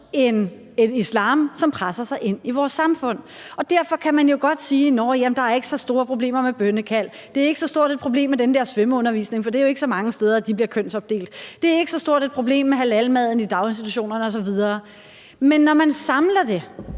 også et islam, som presser sig ind i vores samfund. Derfor kan man jo godt sige: Nåh ja, der ikke er så store problemer med bønnekald; det er ikke så stort et problem med den der svømmeundervisning, for det er jo ikke så mange steder, de bliver kønsopdelt; det er ikke så stort et problem med halalmaden i daginstitutionerne osv. Men når man samler det,